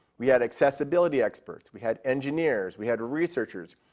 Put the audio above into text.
we had accessibility experts. we had engineers. we had researchers.